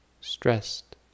stressed